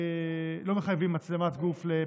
מחייבים מצלמת גוף לפקחים.